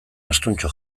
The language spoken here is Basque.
astuntxo